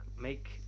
Make